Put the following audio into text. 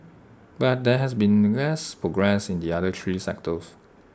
but there has been less progress in the other three sectors